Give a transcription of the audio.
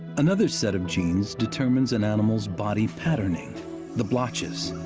another set of genes determines an animals body patterning the blotches,